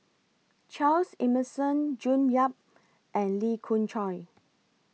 Charles Emmerson June Yap and Lee Khoon Choy